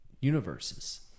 universes